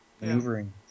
maneuvering